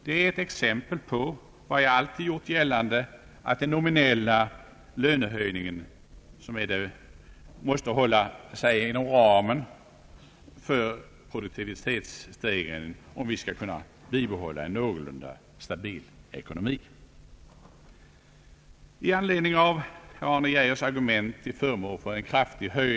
Det är ett exempel på vad jag alltid gjort gällande, nämligen att den nominella lönehöjningen måste hålla sig inom ramen för produktivitetsstegringen om vi skall kunna bibehålla en någorlunda stabil ekonomi. Det är till fördel för alla, icke minst arbetstagarna.